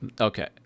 Okay